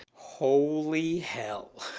holy hell.